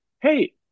Hey